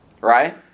right